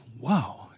wow